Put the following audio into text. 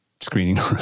screening